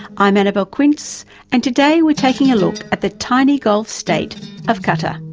i'm annabelle quince and today we're taking a look at the tiny gulf state of qatar.